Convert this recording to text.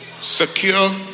Secure